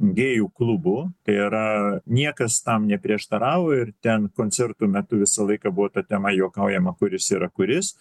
gėjų klubų tai yra niekas tam neprieštaravo ir ten koncertų metu visą laiką buvo ta tema juokaujama kuris yra kuris